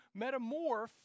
metamorph